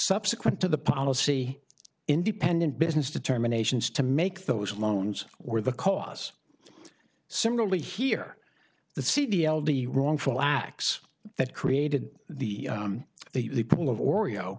subsequent to the policy independent business determinations to make those loans were the cause similarly here the c d l the wrongful acts that created the the people of oreo